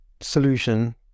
solution